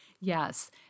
Yes